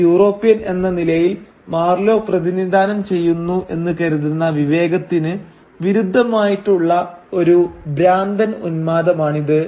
ഒരു യൂറോപ്യൻ എന്ന നിലയിൽ മാർലോ പ്രതിനിധാനം ചെയ്യുന്നു എന്ന് കരുതുന്ന വിവേകത്തിന് വിരുദ്ധമായിട്ടുള്ള ഒരു ഭ്രാന്തൻ ഉന്മാദമാണിത്